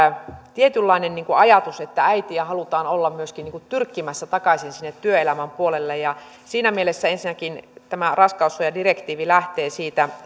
tietynlainen ajatus että äitiä halutaan olla myöskin tyrkkimässä takaisin sinne työelämän puolelle siinä mielessä ensinnäkin tämä raskaussuojadirektiivi lähtee siitä